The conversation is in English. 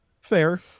Fair